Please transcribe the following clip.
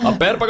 um better but